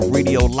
Radio